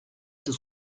des